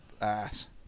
ass